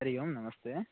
हरिः ओम् नमस्ते